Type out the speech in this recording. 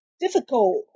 difficult